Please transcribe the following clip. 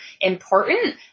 important